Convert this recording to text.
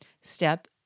step